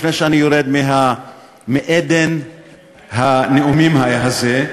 לפני שאני יורד מאדן הנאומים הזה,